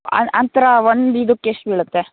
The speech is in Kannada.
ಆ ಆ ಥರ ಒಂದು ಇದುಕ್ಕೆ ಎಷ್ಟು ಬೀಳುತ್ತೆ